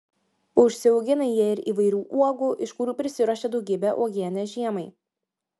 užsiaugina jie ir įvairių uogų iš kurių prisiruošia daugybę uogienės žiemai